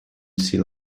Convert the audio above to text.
sea